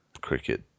Cricket